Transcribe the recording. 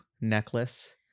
necklace